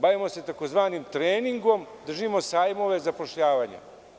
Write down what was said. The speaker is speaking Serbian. Bavimo se tzv. treningom da oživimo sajmove zapošljavanja.